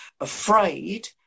afraid